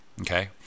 okay